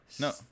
No